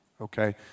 okay